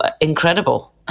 incredible